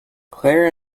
claire